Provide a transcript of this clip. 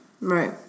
Right